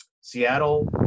Seattle